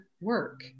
work